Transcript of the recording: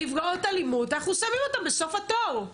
נפגעות אלימות, אנחנו שמים אותן בסוף התור,